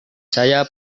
saya